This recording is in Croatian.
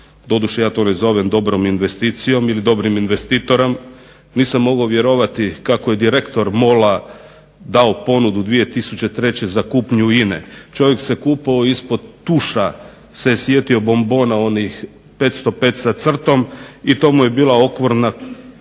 doduše ja to ne zovem dobrom investicijom ili dobrim investitorom. Nisam mogao vjerovati kao je direktor MOL-a dao ponudu 2003. za kupnju INA-e. Čovjek se kupao, ispod tuša se sjetio bombona onih 505 sa crtom i to mu je bila okvirna